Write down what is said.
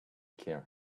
care